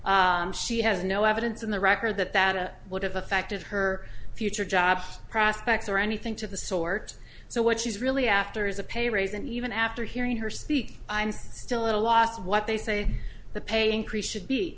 action she has no evidence in the record that that would have affected her future job prospects or anything to the sort so what she's really after is a pay raise and even after hearing her speak i'm still a little lost what they say the pay increase should be